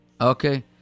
Okay